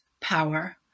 power